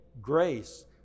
grace